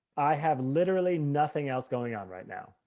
i have literally nothing else going on right now!